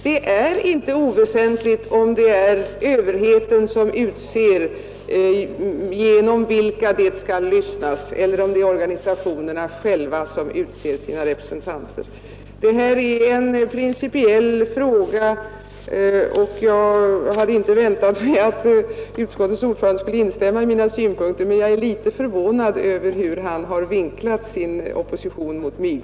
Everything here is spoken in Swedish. Det är inte oväsentligt om det är överheten som utser de personer som man skall lyssna till eller om det är organisationerna själva som utser sina representanter. Detta är en principiell fråga, och jag hade inte väntat mig att utskottets ordförande skulle instämma i mina synpunkter. Jag är dock litet förvånad över det sätt på vilket han har vinklat sin polemik mot mig.